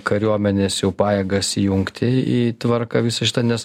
kariuomenės jau pajėgas įjungti į tvarką visą šitą nes